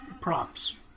props